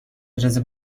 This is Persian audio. اجازه